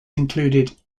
included